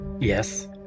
Yes